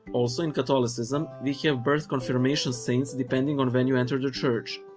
also, in catholicism, we have birth confirmation saints, depending on when you enter the church.